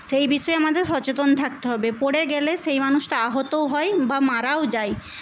সেই বিষয়ে আমাদের সচেতন থাকতে হবে পড়ে গেলে সেই মানুষটা আহতও হয় বা মারাও যায়